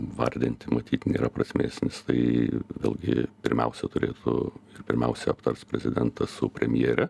vardinti matyt nėra prasmės nes tai vėlgi pirmiausia turėtų pirmiausia aptars prezidentas su premjere